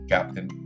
Captain